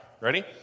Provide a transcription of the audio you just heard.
ready